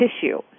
tissue